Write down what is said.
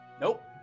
Nope